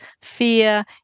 fear